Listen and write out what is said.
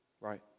right